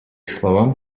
словам